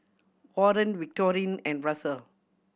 Warren Victorine and Russell